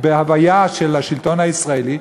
בהוויה של השלטון הישראלי,